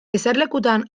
eserlekutan